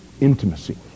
Intimacy